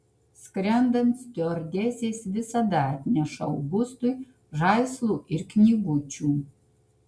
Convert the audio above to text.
skrendant stiuardesės visada atneša augustui žaislų ir knygučių